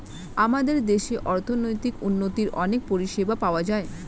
আমাদের দেশে অর্থনৈতিক উন্নতির অনেক পরিষেবা পাওয়া যায়